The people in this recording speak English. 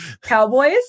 Cowboys